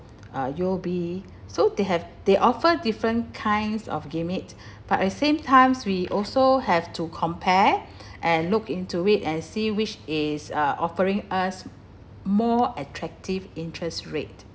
uh U_O_B so they have they offer different kinds of gimmick but at same times we also have to compare and look into it and see which is uh offering us more attractive interest rate